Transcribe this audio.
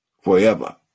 forever